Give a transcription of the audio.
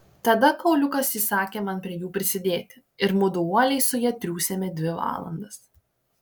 tada kauliukas įsakė man prie jų prisidėti ir mudu uoliai su ja triūsėme dvi valandas